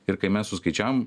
ir kai mes suskaičiavom